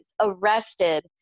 arrested